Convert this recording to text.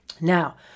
Now